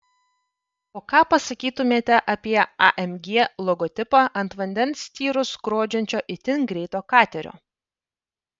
o ką pasakytumėte apie amg logotipą ant vandens tyrus skrodžiančio itin greito katerio